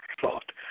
thought